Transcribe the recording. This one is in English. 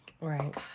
Right